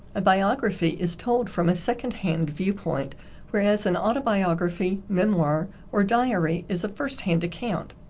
a biography is told from a second-hand viewpoint whereas an autobiography, memoir or diary is a first-hand account.